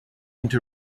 into